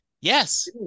yes